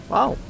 Wow